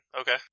Okay